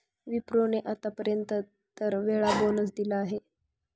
विप्रो ने आत्तापर्यंत तेरा वेळा बोनस दिला आहे